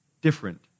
different